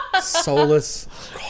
soulless